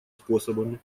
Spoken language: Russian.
способами